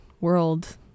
world